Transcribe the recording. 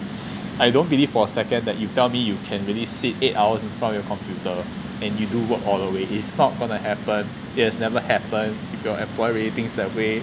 I don't believe for a second that you tell me you can really sit eight hours in front of your computer and you do work all the way is not gonna happen it has never happen if your employer really thinks that way